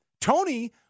Tony